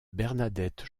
bernadette